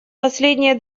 последние